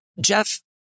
Jeff